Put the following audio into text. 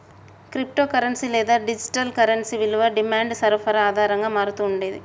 crypto currency లేదా digital currency విలువ demand, సరఫరా ఆధారంగా మారతూ ఉంటుండే